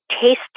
taste